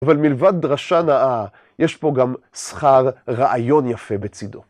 אבל מלבד דרשה נאה, יש פה גם שכר רעיון יפה בצידו.